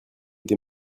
des